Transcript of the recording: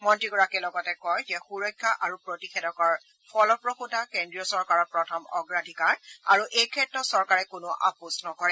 মন্ত্ৰীগৰাকীয়ে লগতে কয় যে সুৰক্ষা আৰু প্ৰতিষেধকৰ ফলপ্ৰসূতা কেন্দ্ৰীয় চৰকাৰৰ প্ৰথম অগ্ৰাধিকাৰ আৰু এই ক্ষেত্ৰত চৰকাৰে কোনো আপোচ নকৰে